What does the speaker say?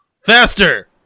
Faster